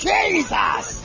Jesus